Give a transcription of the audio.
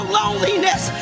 loneliness